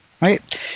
right